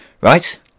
Right